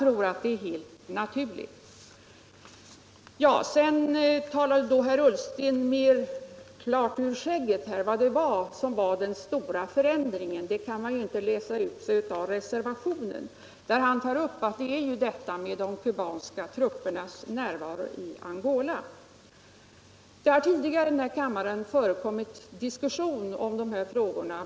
Sedan talar herr Ullsten mer klart ur skägget om vad den stora förändringen var. Det kan man ju inte läsa ut ur reservationen. Han talar om de kubanska truppernas närvaro i Angola. Det har tidigare i kammaren förekommit diskussion om dessa frågor.